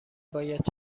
باید